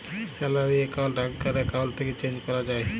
salary account আগ্কার account থ্যাকে change ক্যরা যায়